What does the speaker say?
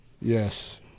Yes